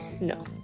No